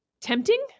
tempting